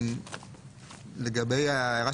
רגע,